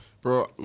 bro